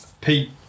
Pete